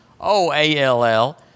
O-A-L-L